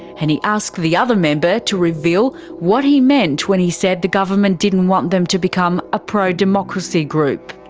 and he asked the other member to reveal what he meant when he said the government didn't want them to become a pro-democracy group.